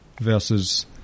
versus